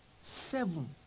Seven